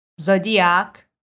Zodiac